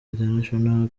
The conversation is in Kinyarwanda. international